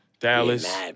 Dallas